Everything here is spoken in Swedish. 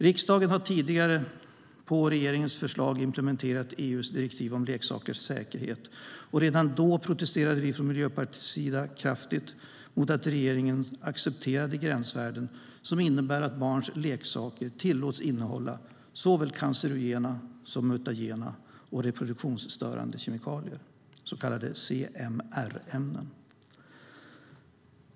Riksdagen har tidigare på regeringens förslag implementerat EU:s direktiv om leksakers säkerhet, och redan då protesterade vi från Miljöpartiets sida kraftigt mot att regeringen accepterade gränsvärden som innebär att barns leksaker tillåts innehålla såväl cancerogena som mutagena och reproduktionsstörande kemikalier, så kallade CMR-ämnen.